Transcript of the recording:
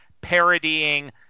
parodying